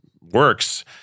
works